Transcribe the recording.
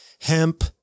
hemp